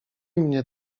mnie